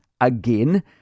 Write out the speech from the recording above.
again